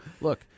look—